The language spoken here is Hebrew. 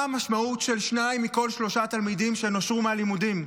מה המשמעות של שניים מכל שלושה תלמידים שנשרו מהלימודים?